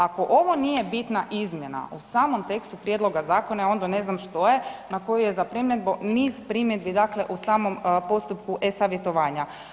Ako ovo nije bitna izmjena u samom tekstu prijedloga zakona, ja onda ne znam što je na koju za primjedbu niz primjedbi u samom postupku e-savjetovanja.